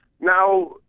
now